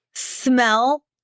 smell